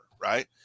right